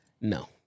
No